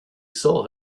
saw